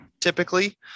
Typically